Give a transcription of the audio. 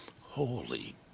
Holy